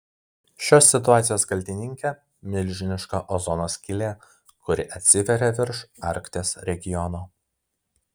šios situacijos kaltininkė milžiniška ozono skylė kuri atsivėrė virš arkties regiono